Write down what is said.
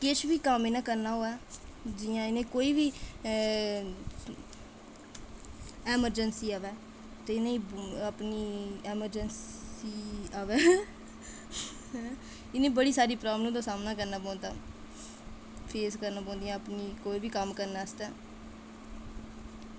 किश बी कम्म इ'नें करना होऐ जि'यां इ'नें गी कोई बी एमरजेंसी आवै ते इ'नें गी एमरजेंसी आवै इ'नें गी बड़ी सारी प्रॉब्लम दा सामना करना पौंदा ऐ फेस करना पौंदियां कोई बी कम्म करने आस्तै